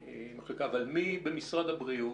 אבל מי אחראי על זה במשרד הבריאות?